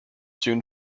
soon